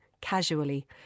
casually